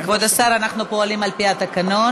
כבוד השר, אנחנו פועלים על-פי התקנון.